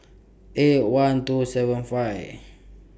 eight one two seven